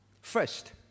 first